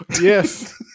Yes